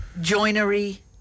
Joinery